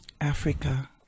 Africa